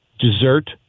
dessert